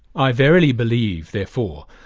i verily believe therefore,